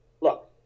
Look